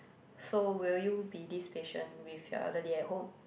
so will you be this patient with your elderly at home